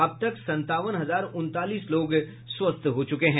अब तक संतावन हजार उनतालीस लोग स्वस्थ हो चुके हैं